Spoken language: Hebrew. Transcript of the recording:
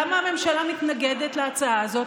למה הממשלה מתנגדת להצעה הזאת?